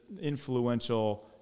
influential